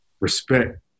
respect